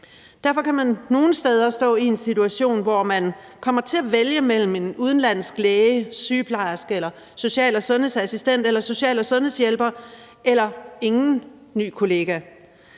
Derfor kan man nogle steder stå i en situation, hvor man kommer til at vælge mellem en udenlandsk læge, sygeplejerske, social- og sundhedsassistent eller social- og sundhedshjælper eller ingen ny kollega.